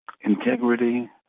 integrity